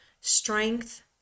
Strength